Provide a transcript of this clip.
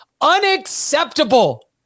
Unacceptable